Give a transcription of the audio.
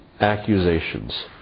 accusations